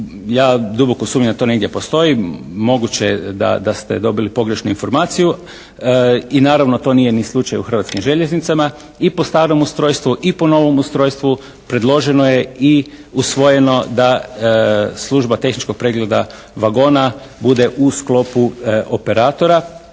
Ja duboko sumnjam da to negdje postoji, moguće da ste dobili pogrešnu informaciju i naravno to nije ni slučaj u Hrvatskim željeznicama. I po starom ustrojstvu i po novom ustrojstvu predloženo je i usvojeno da služba tehničkog pregleda vagona bude u sklopu operatora